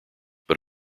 but